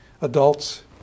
adults